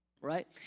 Right